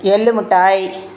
எள் மிட்டாய்